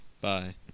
Bye